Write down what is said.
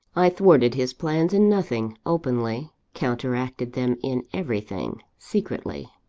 i thwarted his plans in nothing, openly counteracted them in everything, secretly.